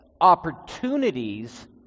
opportunities